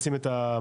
לשים את המערכת,